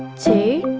two